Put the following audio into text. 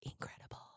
incredible